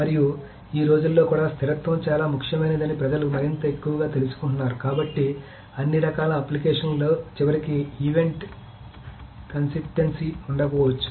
మరియు ఈ రోజుల్లో కూడా స్థిరత్వం చాలా ముఖ్యమైనదని ప్రజలు మరింత ఎక్కువగా తెలుసుకుంటున్నారు కాబట్టి అన్ని రకాల అప్లికేషన్లలో చివరికి ఈవెంటుల్ కన్సిస్టెన్సీ ఉండకపోవచ్చు